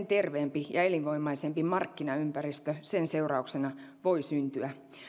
terveempi ja elinvoimaisempi markkinaympäristö sen seurauksena voi syntyä